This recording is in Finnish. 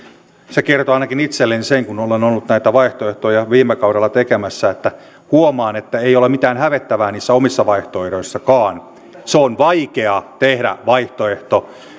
se kertoo ainakin itselleni sen kun olen ollut näitä vaihtoehtoja viime kaudella tekemässä että huomaan että ei ole mitään hävettävää niissä omissakaan vaihtoehdoissa on vaikea tehdä vaihtoehto